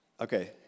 Okay